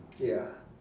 ya